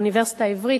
האוניברסיטה העברית,